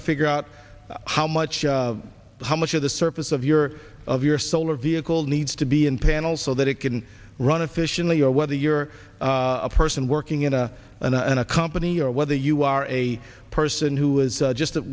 to figure out how much how much of the surface of your of your solar vehicle needs to be in panels so that it can run efficiently or whether you're a person working in a n n a company or whether you are a person who is just that